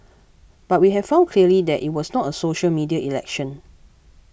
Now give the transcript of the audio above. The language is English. but we've found clearly that it was not a social media election